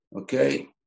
Okay